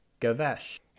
gavesh